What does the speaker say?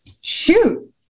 shoot